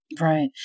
Right